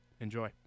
Enjoy